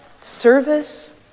service